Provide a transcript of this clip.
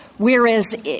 Whereas